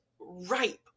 ripe